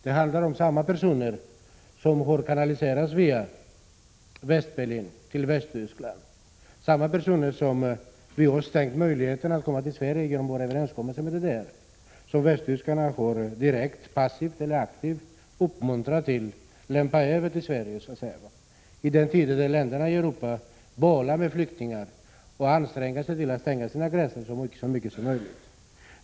Det handlar om samma personer som har kanaliserats via Västberlin till Västtyskland, samma personer som vi har stängt möjligheterna att komma till Sverige för, genom överenskommelsen med DDR, och som västtyskarna direkt, passivt eller aktivt, uppmuntrat att så att säga lämpa över till Sverige. Det sker i en tid när länderna i Europa bollar med flyktingar och anstränger sig för att stänga sina gränser så mycket som möjligt.